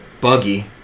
buggy